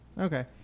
Okay